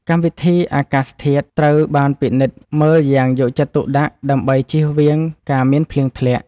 កម្មវិធីអាកាសធាតុត្រូវបានពិនិត្យមើលយ៉ាងយកចិត្តទុកដាក់ដើម្បីជៀសវាងការមានភ្លៀងធ្លាក់។